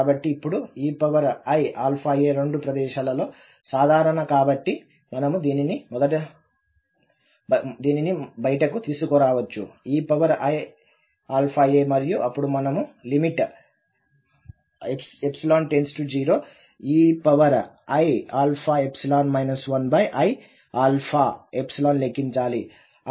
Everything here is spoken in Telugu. కాబట్టి ఇప్పుడు eiαa రెండు ప్రదేశాలలో సాధారణం కాబట్టి మనము దీనిని బయటకు తీసుకురావచ్చు eiαa మరియు అప్పుడు మనం lim→0 eiαϵ 1iαϵ లెక్కించాలి